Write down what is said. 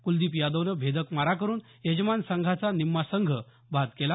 कुलदिप यादवनं भेदक मारा करून यजमान संघाचा निम्मा संघ बाद केला